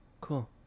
Cool